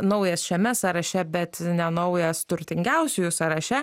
naujas šiame sąraše bet ne naujas turtingiausiųjų sąraše